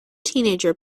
teenager